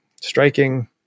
striking